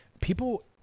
People